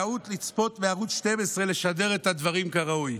טעות לצפות מערוץ 12 לשדר את הדברים כראוי.